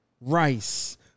Rice